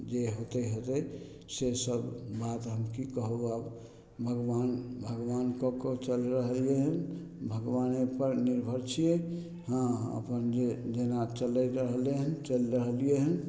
जे हेतय हेतय से सब बात हम की कहू आब भगवान भगवान कऽके चलि रहलियै हन भगवानेपर निर्भर छियै हँ अपन जे जेना चलि रहलियै हन चलि रहलियै हन